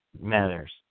matters